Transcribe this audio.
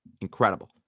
incredible